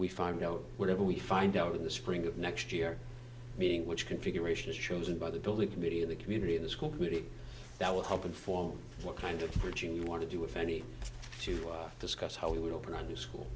we find out whatever we find out in the spring of next year meaning which configuration is chosen by the building committee of the community in the school committee that will help inform what kind of bridging you want to do if any to discuss how we would open a new school